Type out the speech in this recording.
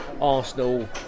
Arsenal